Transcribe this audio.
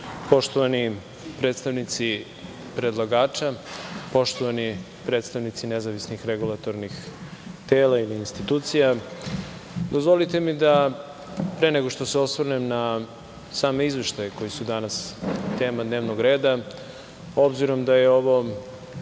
Orliću. Poštovani predstavnici predlagača, poštovani predstavnici nezavisnih regulatornih tela ili institucija, dozvolite mi da, pre nego što se osvrnem na same izveštaje koji su danas tema dnevnog reda, obzirom da je ovo